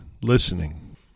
listening